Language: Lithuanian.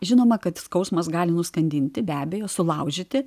žinoma kad skausmas gali nuskandinti be abejo sulaužyti